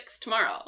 tomorrow